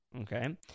Okay